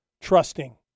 trusting